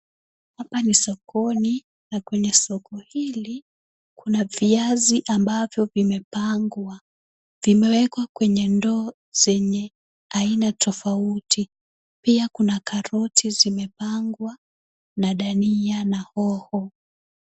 Hapa ni sokoni na kwenye soko hili kuna viazi ambavyo vimepangwa. Vimewekwa kwenye ndoo zenye aina tofauti. Pia kuna karoti zimepangwa na dania na hoho.